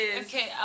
okay